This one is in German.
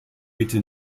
bitte